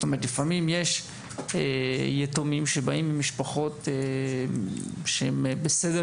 לפעמים יש יתומים שבאים ממשפחות שהן בסדר